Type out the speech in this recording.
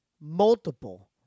multiple